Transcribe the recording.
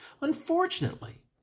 Unfortunately